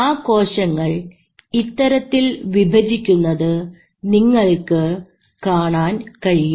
ആ കോശങ്ങൾ ഇത്തരത്തിൽ വിഭജിക്കുന്നത് നിങ്ങൾക്ക് കാണാൻ കഴിയും